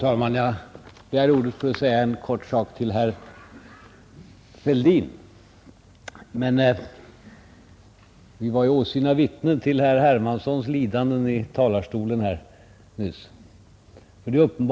Fru talman! Jag begärde egentligen ordet för att säga något till herr Fälldin, men eftersom vi nu alla har varit åsyna vittnen till herr Hermanssons i Stockholm lidanden i talarstolen vill jag säga några ord också till honom.